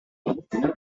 opération